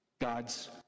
God's